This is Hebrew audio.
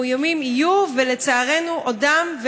מאוימים יהיו ולצערנו עודם,